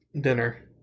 dinner